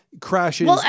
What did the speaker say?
crashes